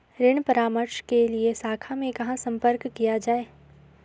ऋण परामर्श के लिए शाखा में कहाँ संपर्क किया जाए?